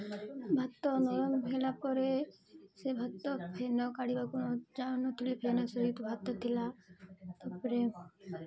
ଭାତ ନରମ ହେଲା ପରେ ସେ ଭାତ ଫ୍ୟାନ୍ କାଢ଼ିବାକୁ ଯାଉନଥିଲେ ଫ୍ୟାନ୍ ସହିତ ଭାତ ଥିଲା ତା'ପରେ